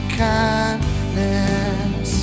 kindness